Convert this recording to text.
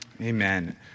Amen